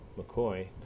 McCoy